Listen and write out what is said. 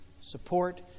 support